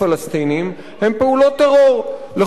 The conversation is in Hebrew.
הן פעולות טרור לכל דבר ועניין.